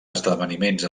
esdeveniments